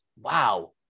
Wow